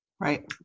Right